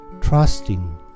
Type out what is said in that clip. trusting